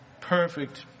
perfect